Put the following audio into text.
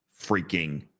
freaking